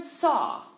saw